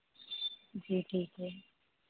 जी ठीक है